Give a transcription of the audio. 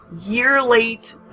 year-late